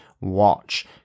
watch